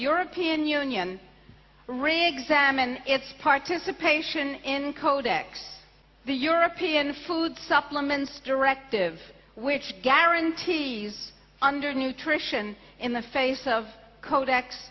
european union reexamine its participation in codex the european food supplements directive which guarantees under nutrition in the face of kodak's